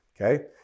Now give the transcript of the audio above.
okay